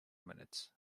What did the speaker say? minutes